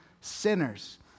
Sinners